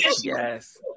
Yes